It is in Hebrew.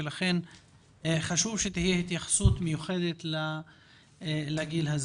ולכן חשוב שתהיה התייחסות מיוחדת לגיל הזה.